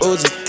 Uzi